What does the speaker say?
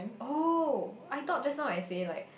oh I thought just now I say like